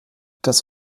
das